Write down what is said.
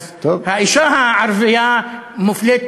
אז האישה הערבייה מופלית פעמיים,